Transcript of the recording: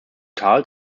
karl